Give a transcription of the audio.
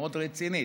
מאוד רצינית.